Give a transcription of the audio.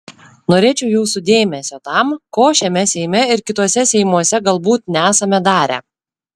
norėčiau jūsų dėmesio tam ko šiame seime ir kituose seimuose galbūt nesame darę